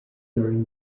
during